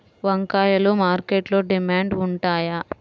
వంకాయలు మార్కెట్లో డిమాండ్ ఉంటాయా?